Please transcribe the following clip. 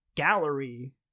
gallery